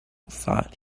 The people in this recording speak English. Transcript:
thought